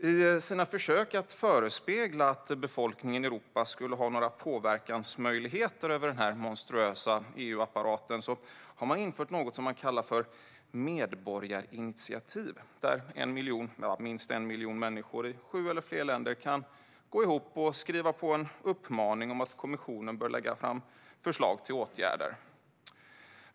I sina försök att förespegla att befolkningen i Europa skulle ha några påverkansmöjligheter på den här monstruösa EU-apparaten har man infört något som man kallar för medborgarinitiativ, där minst en miljon människor i sju eller fler länder kan gå ihop och skriva på en uppmaning om att kommissionen bör lägga fram förslag till åtgärder.